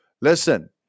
listen